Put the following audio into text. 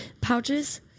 pouches